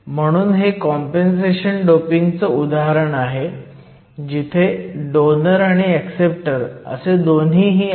म्हणून हे कॉम्पेनसेशन डोपिंगचं उदाहरण आहे जिथे डोनर आणि ऍक्सेप्टर असे दोन्ही आहेत